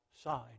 side